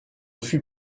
fut